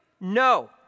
no